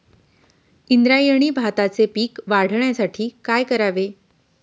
इंद्रायणी भाताचे पीक वाढण्यासाठी काय करावे?